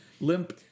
Limp